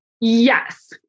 Yes